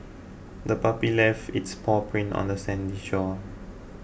the puppy left its paw prints on the sandy shore